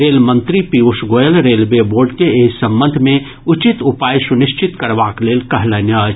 rail मंत्री Piyush Goyal railway board के एहि संबंध मे उचित उपाय सुनिश्चित करबाक लेल कहलनि अछि